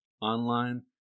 online